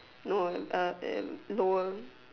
no a uh uh lower